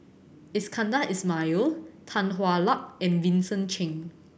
Iskandar Ismail Tan Hwa Luck and Vincent Cheng